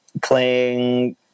playing